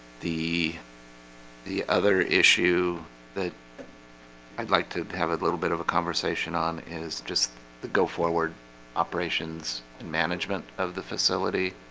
the the other issue that i'd like to have a little bit of a conversation on is just the go forward operations and management of the facility